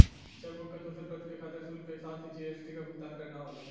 chequebook क दूसर प्रति के खातिर शुल्क के साथ जी.एस.टी क भुगतान करना होला